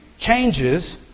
changes